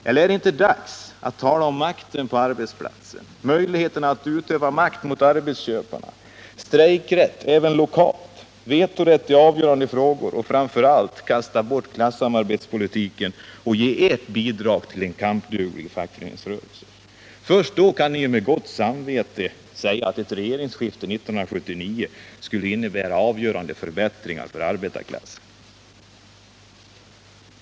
Eller är det dags för er att tala om makten på arbetsplatsen, möjligheterna att utöva makt mot arbetsköparna, strejkrätt även lokalt, vetorätt i avgörande frågor och framför allt att kasta bort klassamarbetspolitiken och ge ert bidrag till en kampduglig fackföreningsrörelse? Först då kan ni ju med gott samvete säga att ett regeringsskifte 1979 skulle innebära förbättringar för arbetarklassen.